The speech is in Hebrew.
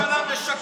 ראש הממשלה משקר.